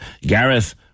Gareth